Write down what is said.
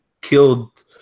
killed